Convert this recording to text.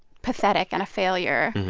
pathetic and a failure.